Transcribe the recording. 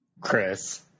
Chris